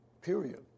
Period